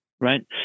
right